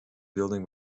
building